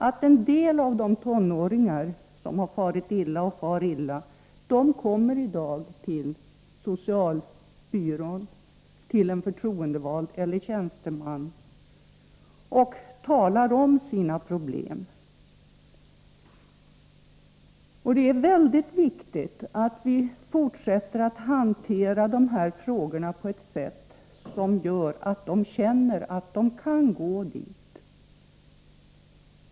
Det har i varje fall jag, som har varit förtroendevald och ordförande under många år på den sociala sidan, upplevt. Det är mycket viktigt att vi fortsätter att hantera dessa frågor på ett sätt som gör att de känner att de kan gå dit.